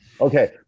okay